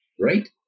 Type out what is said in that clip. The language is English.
Right